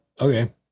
Okay